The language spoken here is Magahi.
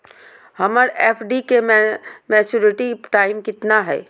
हमर एफ.डी के मैच्यूरिटी टाइम कितना है?